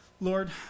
Lord